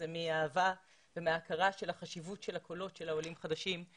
הם באים מאהבה ומהכרת החשיבות הקולות של העולים החדשים.